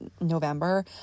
November